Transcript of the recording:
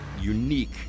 unique